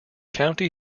county